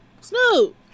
Snoop